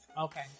okay